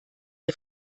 der